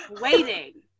Waiting